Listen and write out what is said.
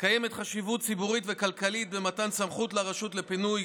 קיימת חשיבות ציבורית וכלכלית במתן סמכות לרשות לפינוי